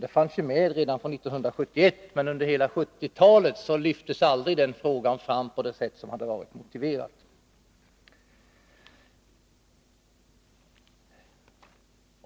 Frågan fanns med redan 1971, men under hela 1970-talet lyftes den aldrig fram på det sätt som hade varit motiverat.